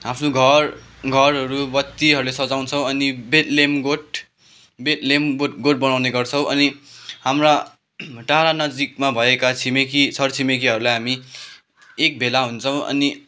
आफ्नो घर घरहरू बत्तीहरूले सजाउँछौँ अनि बेतलेम गोठ बेथलेम गोठ बनाउने गर्छौँ अनि हाम्रा टाढा नजिकमा भएका छिमेकी छरछिमेकीहरूलाई हामी एक भेला हुन्छौँ अनि